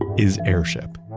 ah is airship